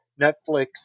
Netflix